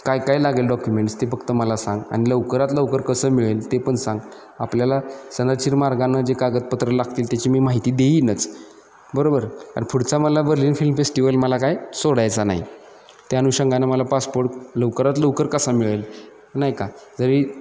काय काय लागेल डॉक्युमेंट्स ते फक्त मला सांग आणि लवकरात लवकर कसं मिळेल ते पण सांग आपल्याला सनदशीर मार्गांनं जे कागदपत्र लागतील त्याची मी माहिती देईनच बरोबर आणि पुढचा मला बर्लिन फिल्म फेस्टिवल मला काही सोडायचा नाही त्या अनुषंगाने मला पासपोर्ट लवकरात लवकर कसा मिळेल नाही का जरी